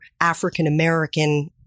African-American